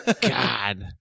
God